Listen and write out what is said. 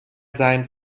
seinen